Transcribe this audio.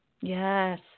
Yes